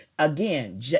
Again